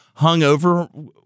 hungover